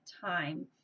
time